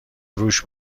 رووش